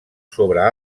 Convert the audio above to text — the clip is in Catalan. sobre